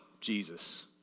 Jesus